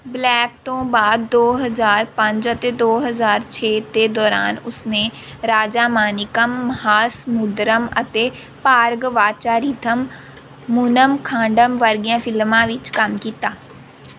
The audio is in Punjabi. ਬਲੈਕ ਤੋਂ ਬਾਅਦ ਦੋ ਹਜ਼ਾਰ ਪੰਜ ਅਤੇ ਦੋ ਹਜ਼ਾਰ ਛੇ ਦੇ ਦੌਰਾਨ ਉਸਨੇ ਰਾਜਾਮਾਨਿਕਮ ਮਹਾਸਮੁਦਰਮ ਅਤੇ ਭਾਰਗਵਾਚਾਰਿਥਮ ਮੂਨਮ ਖਾਂਡਮ ਵਰਗੀਆਂ ਫਿਲਮਾਂ ਵਿੱਚ ਕੰਮ ਕੀਤਾ